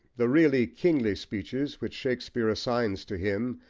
the really kingly speeches which shakespeare assigns to him,